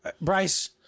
Bryce